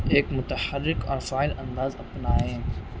ایک متحرک اور انداز اپنائیں